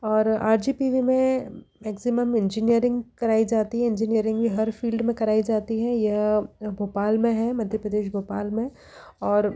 और R G P V में maximum engineering कराई जाती है इंजीनियरिंग हर फील्ड में कराई जाती है यह भोपाल में है मध्य प्रदेश भोपाल में और